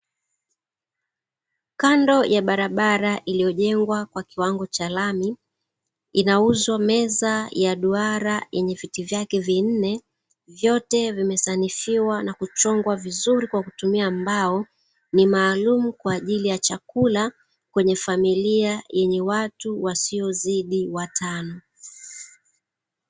Kando ya barabara iliyojengwa kwa kiwango cha lami, inauzwa meza ya duara yenye viti vyake vinne vyote vimesanifiwa na kuchongwa vizuri kwa kutumia mbao ni maalumu kwa ajili ya chakula kwenye familia yenye watu wasiozidi watano.